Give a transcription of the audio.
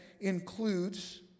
includes